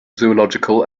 zoological